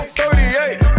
38